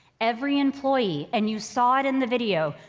every employee, and you saw it in the video,